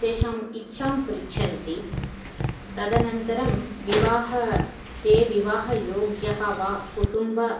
तेषाम् इच्छां पृच्छन्ति तदनन्तरं विवाहः ते विवाहयोग्याः वा कुटुम्ब